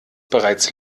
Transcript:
bereits